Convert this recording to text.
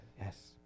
Yes